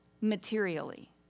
materially